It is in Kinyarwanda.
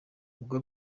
ubwo